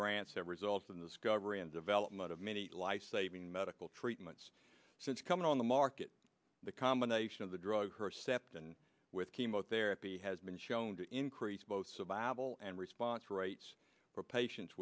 grants that resulted in this cover and development of many life saving medical treatments since coming on the market the combination of the drug herceptin with chemotherapy has been shown to increase both survival and response rates for patien